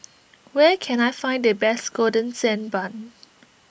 where can I find the best Golden Sand Bun